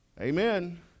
Amen